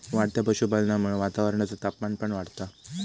वाढत्या पशुपालनामुळा वातावरणाचा तापमान पण वाढता